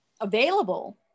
available